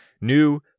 New